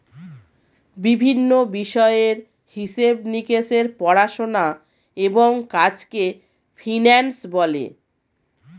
বিভিন্ন বিষয়ের হিসেব নিকেশের পড়াশোনা এবং কাজকে ফিন্যান্স বলে